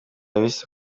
bise